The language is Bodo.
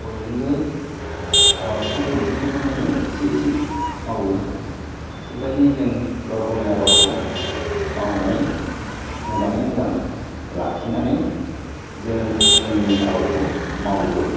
बयनिबो आबारखौ मोनफ्रोमबोखौनो जों एसे एसे मावो बेबायदि जों गावगावनि आबादखौ मावनानै मोजाङै मोजां लाखिनानै जों जोंनि आबादखौ मावो